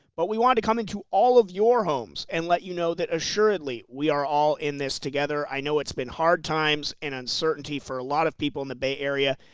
but we wanted to come into all of your homes, and let you know that assuredly, we are all in this together, i know it's been hard times and uncertainty for a lot of people in the bay area,